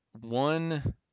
one